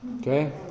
Okay